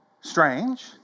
Strange